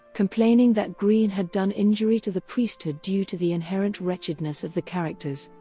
complaining that greene had done injury to the priesthood due to the inherent wretchedness of the characters.